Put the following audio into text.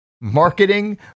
marketing